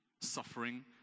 suffering